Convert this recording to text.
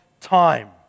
time